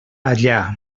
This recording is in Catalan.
allà